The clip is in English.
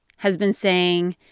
has been saying,